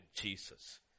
Jesus